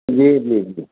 जी जी जी